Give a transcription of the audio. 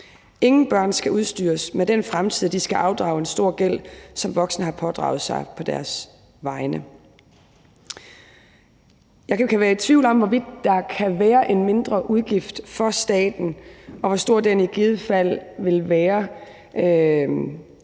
Ingen børn skal udstyres med den fremtid, at de skal afdrage en stor gæld, som voksne har pådraget sig på deres vegne. Jeg kan være i tvivl om, hvorvidt der kan være en mindre udgift for staten, og hvor stor den i givet fald ville være.